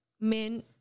men